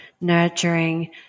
nurturing